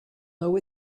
know